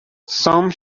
some